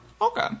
Okay